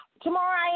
Tomorrow